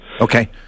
Okay